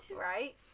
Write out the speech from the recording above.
right